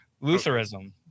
Lutheranism